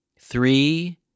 Three